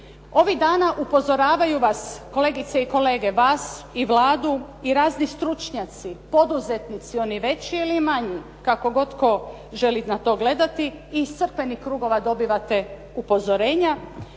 Ovih dana upozoravaju vas, kolegice i kolege vas i Vladu i razni stručnjaci, poduzetnici oni veći ili manji, kako god tko želi na to gledati i iz crkvenih krugova dobivate upozorenja